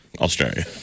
Australia